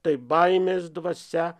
tai baimės dvasia